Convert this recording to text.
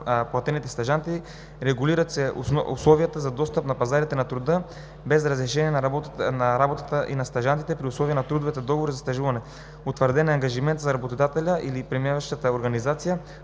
платените стажанти. Регулират се условията за достъп до пазара на труда без разрешение за работа и на стажантите при условия на трудов договор за стажуване. Утвърден е ангажиментът на работодателя или приемащата организация